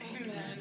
Amen